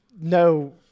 no –